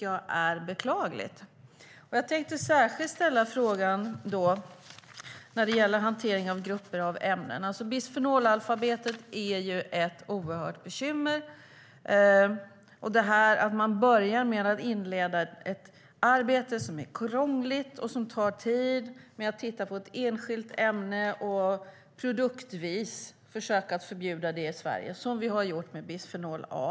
Jag tänkte särskilt ställa en fråga om hantering av grupper av ämnen. Bisfenolalfabetet är ett oerhört stort bekymmer. Man börjar med att inleda ett arbete som är krångligt och som tar tid, där man tittar på ett enskilt ämne och produktvis försöker förbjuda det i Sverige. Så har vi gjort med bisfenol A.